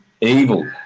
evil